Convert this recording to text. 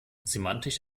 semantisch